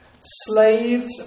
Slaves